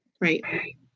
Right